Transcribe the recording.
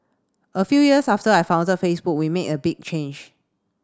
a few years after I founded Facebook we made a big change